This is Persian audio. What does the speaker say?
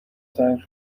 تنگ